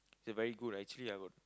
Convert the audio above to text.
it's a very good actually I got